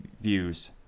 views